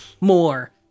more